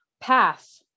path